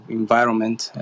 environment